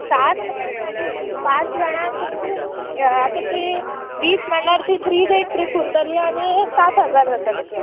सात पांच जाणांक आतां ती बीच म्हणल्यार ती थ्री डेज ट्रीप उरतली आनी सात हजार जाताली